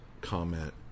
comment